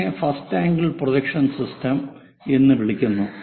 ഒന്നിനെ first angle projection system എന്ന് വിളിക്കുന്നു